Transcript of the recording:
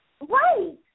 Right